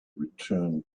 return